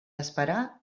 esperar